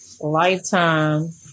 lifetime